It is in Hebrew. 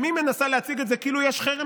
גם היא מנסה להציג את זה כאילו יש חרם